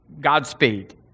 Godspeed